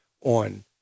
on